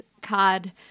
card